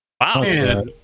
Wow